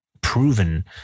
proven